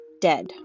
dead